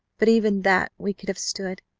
but even that we could have stood.